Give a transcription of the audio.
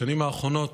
בשנים האחרונות,